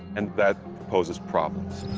and that poses problems.